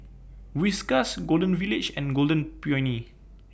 Whiskas Golden Village and Golden Peony